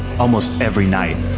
almost every night.